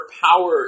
power